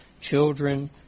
children